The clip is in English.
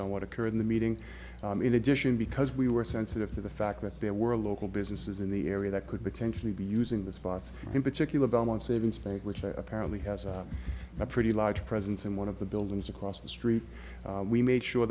on what occurred in the meeting in addition because we were sensitive to the fact that there were local businesses in the area that could potentially be using the spots in particular belmont savings bank which are apparently has a pretty large presence in one of the buildings across the street we made sure